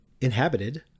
inhabited